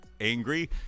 angry